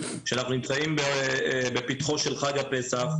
שאנחנו נמצאים בפתחו של חג הפסח,